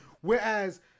Whereas